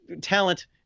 talent